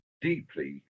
deeply